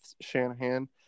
Shanahan